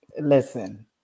listen